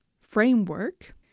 framework